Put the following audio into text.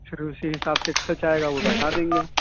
پھر اسی حساب سے خرچ آئے گا وہ بتا دیں گے